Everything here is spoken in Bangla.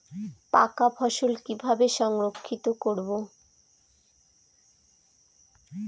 পাকা ফসল কিভাবে সংরক্ষিত করব?